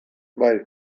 bai